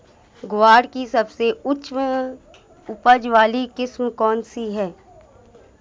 ग्वार की सबसे उच्च उपज वाली किस्म कौनसी है?